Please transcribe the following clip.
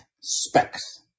Specs